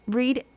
read